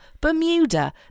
Bermuda